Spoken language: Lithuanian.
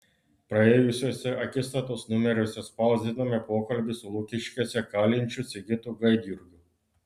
praėjusiuose akistatos numeriuose spausdinome pokalbį su lukiškėse kalinčiu sigitu gaidjurgiu